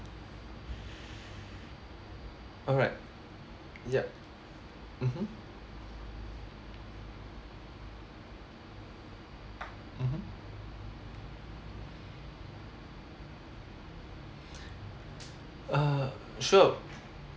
alright yup mmhmm mmhmm uh sure